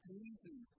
easy